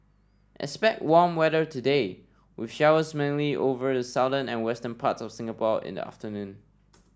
expect warm weather today with showers mainly over the southern and western parts of Singapore in the afternoon